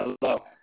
hello